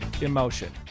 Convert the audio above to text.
emotion